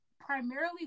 primarily